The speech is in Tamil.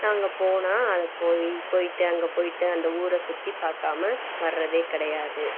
நாங்கள் போனால் அது போய் போய்விட்டு அங்கே போய்விட்டு அந்த ஊரை சுற்றிப் பார்க்கமா வர்ரதே கிடையாது